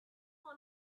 for